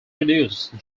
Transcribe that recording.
produced